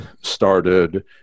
started